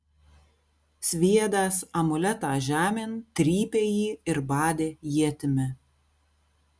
sviedęs amuletą žemėn trypė jį ir badė ietimi